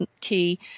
key